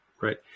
right